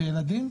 בילדים,